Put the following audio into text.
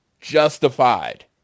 justified